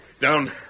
Down